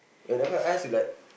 whenever I ask you like